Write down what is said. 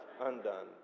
undone